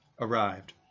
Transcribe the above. arrived